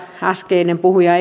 äskeinen puhuja